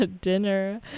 dinner